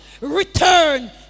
return